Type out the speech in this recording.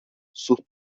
sus